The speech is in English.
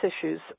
issues